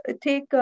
take